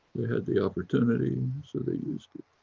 they had the opportunity, so they used it,